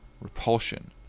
repulsion